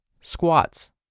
squats